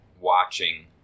watching